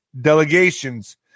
delegations